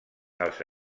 els